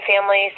families